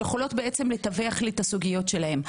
שיכולות לתווך לי את הסוגיות שלהן.